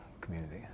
community